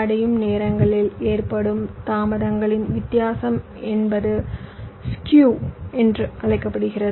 அடையும் நேரங்களில் ஏற்படும் தாமதங்களின் வித்தியாசம் என்பது ஸ்கூ என்று அழைக்கப்படுகிறது